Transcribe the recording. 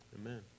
Amen